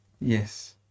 Yes